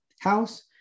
house